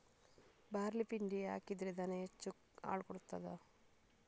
Barley ಪಿಂಡಿ ಹಾಕಿದ್ರೆ ದನ ಹೆಚ್ಚು ಹಾಲು ಕೊಡ್ತಾದ?